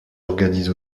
organise